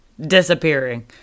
disappearing